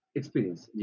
experience